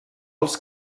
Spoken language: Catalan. els